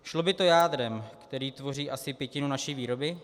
Šlo by to jádrem, které tvoří asi pětinu naší výroby.